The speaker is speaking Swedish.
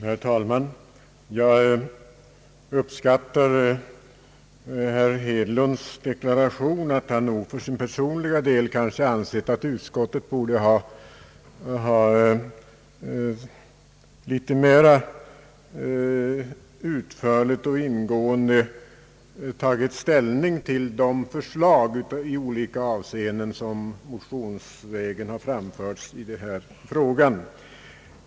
Herr talman! Jag uppskattar herr Hedlunds deklaration att han ansett att utskottet borde litet mera utförligt och ingående ha tagit ställning till de förslag i olika avseenden som motionsvägen har framförts i denna fråga.